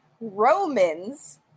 Romans